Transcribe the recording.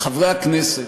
בחברי הכנסת,